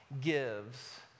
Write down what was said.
gives